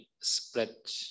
split